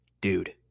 Dude